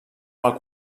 pel